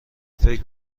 فکر